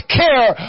care